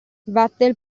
vatel